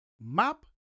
Map